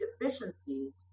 deficiencies